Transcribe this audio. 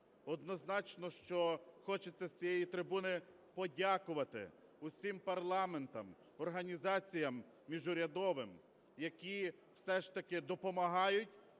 однозначно, що хочеться з цієї трибуни подякувати усім парламентам, організаціям міжурядовим, які все ж таки допомагають